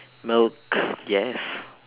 milk yes